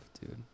dude